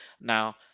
Now